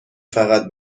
فقط